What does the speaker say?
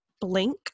Blink